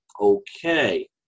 Okay